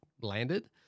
landed